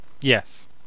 Yes